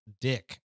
dick